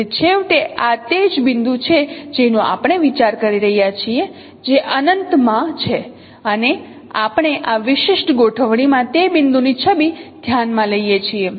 તેથી છેવટે આ તે જ બિંદુ છે જેનો આપણે વિચાર કરી રહ્યા છીએ જે અનંતમાં છે અને આપણે આ વિશિષ્ટ ગોઠવણીમાં તે બિંદુની છબી ધ્યાનમાં લઈએ છીએ